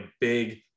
big